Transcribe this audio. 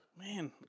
man